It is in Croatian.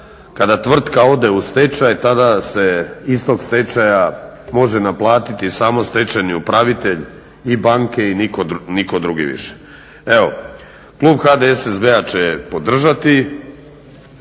kada tvrtka ode stečaj tada se iz toga stečaja može naplatiti samo stečajni upravitelj i banke i nitko drugi više. Evo, Klub HDSSB-a će podržati